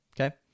Okay